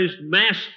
mass